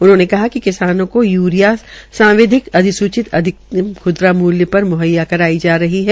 उन्होंने कहा कि किसानों को य्रिया सांविधिक अधिसूचित अधिकतम ख्दरा मूल्य पर मुहैया करवाई जा रही है